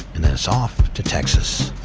and then it's off to texas.